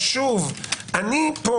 שוב, אני פה